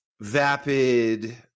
vapid